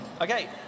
Okay